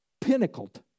pinnacled